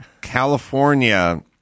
California –